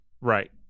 Right